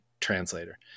translator